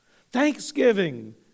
Thanksgiving